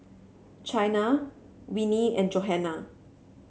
Chynna Winnie and Johannah